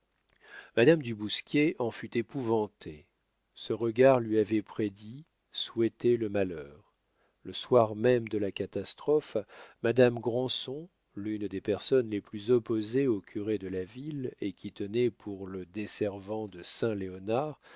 madame du bousquier en fut épouvantée ce regard lui avait prédit souhaité le malheur le soir même de la catastrophe madame granson l'une des personnes les plus opposées au curé de la ville et qui tenait pour le desservant de saint léonard